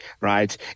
right